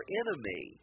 enemy